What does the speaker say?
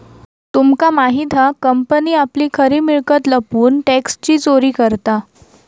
तुमका माहित हा कंपनी आपली खरी मिळकत लपवून टॅक्सची चोरी करता